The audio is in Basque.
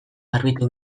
garbitu